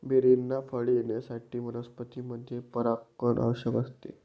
बेरींना फळे येण्यासाठी वनस्पतींमध्ये परागण आवश्यक असते